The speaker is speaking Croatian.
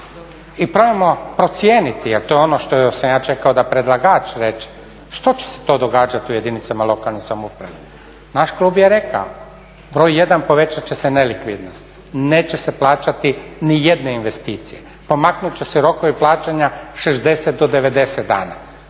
i probajmo procijeniti jel to je ono što sam čekao da predlagač reče, što će se to događati u jedinice lokalne samouprave. Naš klub je rekao, broj 1 povećat će se nelikvidnost, neće se plaćati nijedne investicije, pomaknut će se rokovi plaćanja 60 do 90 dana,